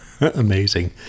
Amazing